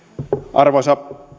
arvoisa